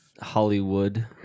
Hollywood